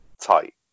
tight